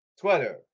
Twitter